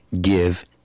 give